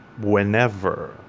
whenever